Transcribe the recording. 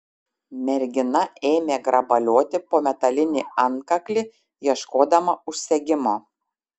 mergina ėmė grabalioti po metalinį antkaklį ieškodama užsegimo